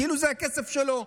כאילו זה הכסף שלו,